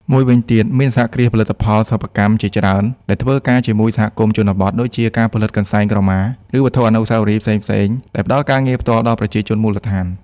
មួយវិញទៀត មានសហគ្រាសផលិតផលសិប្បកម្មជាច្រើនដែលធ្វើការជាមួយសហគមន៍ជនបទ ដូចជាការផលិតកន្សែងក្រមា ឬវត្ថុអនុស្សាវរីយ៍ផ្សេងៗ ដែលផ្តល់ការងារផ្ទាល់ដល់ប្រជាជនមូលដ្ឋាន។